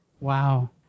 Wow